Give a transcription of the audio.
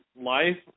life